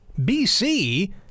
bc